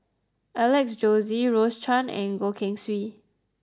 Alex Josey Rose Chan and Goh Keng Swee